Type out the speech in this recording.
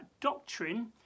doctrine